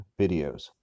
videos